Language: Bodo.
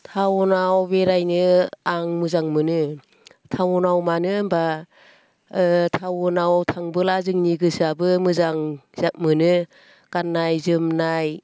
टाउनाव बेरायनो आं मोजां मोनो टाउनाव मानो होनब्ला टाउनाव थांबोला जोंनि गोसोआबो मोजां मोनो गाननाय जोमनाय